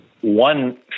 one